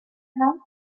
house